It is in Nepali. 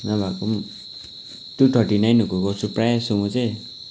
नभएको टु थर्टी नाइनहरूको गर्छु प्रायः जस्तो म चाहिँ